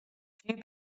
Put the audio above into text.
few